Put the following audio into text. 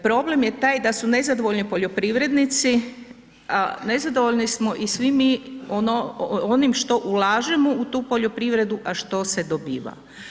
Problem je taj da su nezadovoljni poljoprivrednici a nezadovoljni smo i svi mi onim što ulažemo u tu poljoprivredu a što se dobiva.